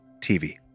TV